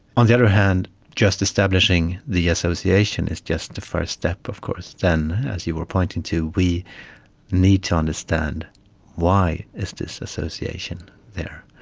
on the other hand, just establishing the association is just the first step of course. as you were pointing to, we need to understand why is this association there?